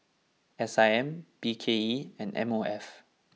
S I M B K E and M O F